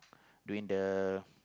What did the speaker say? doing the